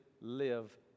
live